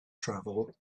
travel